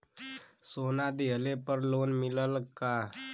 सोना दहिले पर लोन मिलल का?